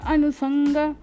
Anusanga